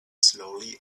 slowly